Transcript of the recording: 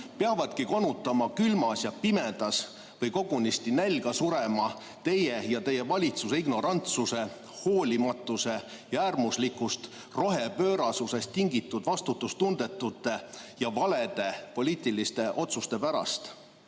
peavadki konutama külmas ja pimedas või kogunisti nälga surema teie ja teie valitsuse ignorantsuse, hoolimatuse ja äärmuslikust rohepöörasusest tingitud vastutustundetute ja valede poliitiliste otsuste pärast?